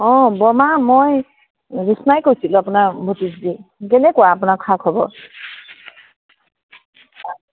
অঁ বৰমা মই জোৎস্নাই কৈছিলোঁ আপোনাৰ ভতিজী কেনেকুৱা আপোনাৰ খা খবৰ